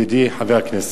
ידידי חבר הכנסת,